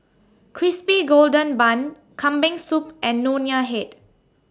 Crispy Golden Bun Kambing Soup and Nonya Head